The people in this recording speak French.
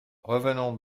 revenons